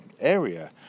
area